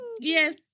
Yes